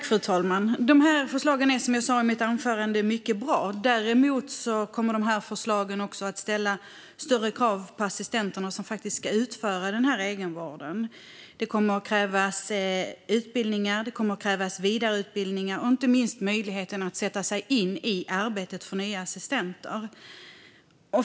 Fru talman! De här förslagen är, som jag sa i mitt anförande, mycket bra. De kommer dock att ställa större krav på de assistenter som faktiskt ska utföra denna egenvård. Det kommer att krävas utbildning, vidareutbildning och inte minst möjlighet för nya assistenter att sätta sig in i arbetet.